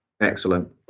Excellent